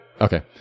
Okay